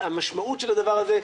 המשמעות של הדבר הזה,